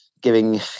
giving